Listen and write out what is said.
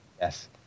Yes